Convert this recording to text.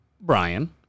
Brian